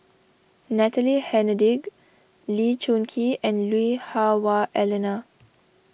Natalie Hennedige Lee Choon Kee and Lui Hah Wah Elena